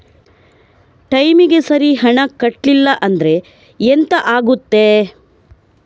ಟೈಮಿಗೆ ಸರಿ ಹಣ ಕಟ್ಟಲಿಲ್ಲ ಅಂದ್ರೆ ಎಂಥ ಆಗುತ್ತೆ?